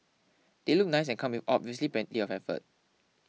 they look nice and come with obviously plenty of effort